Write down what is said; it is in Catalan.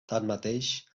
tanmateix